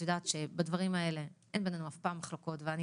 את יודעת שבדברים האלה אין בינינו אף פעם מחלוקות ואני